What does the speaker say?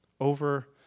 Over